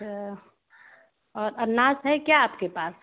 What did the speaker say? अच्छा और अनानास है क्या आपके पास